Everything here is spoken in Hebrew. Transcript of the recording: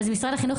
משרד החינוך,